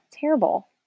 terrible